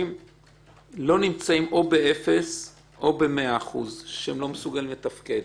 לא נמצאים באפס או במאה אחוז שהם לא מסוגלים לתפקד